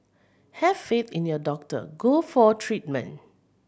have faith in your doctor go for treatment